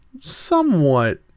somewhat